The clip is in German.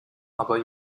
aber